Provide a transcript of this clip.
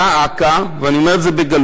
דא עקא, ואני אומר את זה בגלוי,